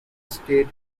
state